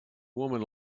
woman